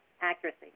accuracy